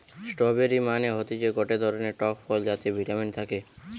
strawberry মানে হতিছে গটে ধরণের টক ফল যাতে ভিটামিন থাকে